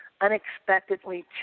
unexpectedly